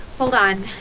hold on,